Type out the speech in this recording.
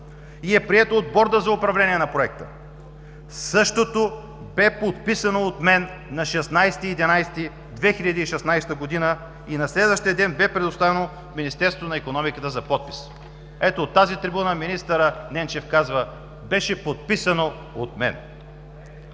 и е прието от Борда за управление на Проекта. Същото бе подписано от мен на 16 ноември 2016 г. и на следващия ден бе предоставено в Министерството на икономиката за подпис.“ От тази трибуна министърът Ненчев казва: „бе подписано от мен“!